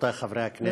רבותי חברי הכנסת,